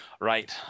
Right